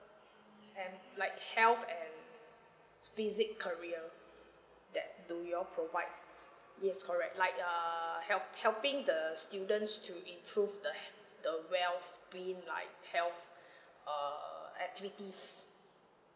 and like health and s~ physic career that do you all provide yes correct like err help helping the students to improve the h~ the wellbeing like health err activities